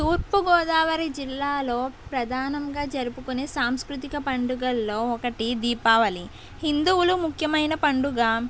తూర్పుగోదావరి జిల్లాలో ప్రధానముగా జరుపుకునే సాంస్కృతిక పండుగల్లో ఒకటి దీపావళి హిందువులు ముఖ్యమైన పండుగ